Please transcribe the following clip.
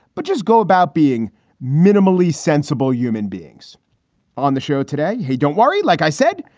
but just go about being minimally sensible human beings on the show today? hey, don't worry. like i said,